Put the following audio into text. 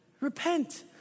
Repent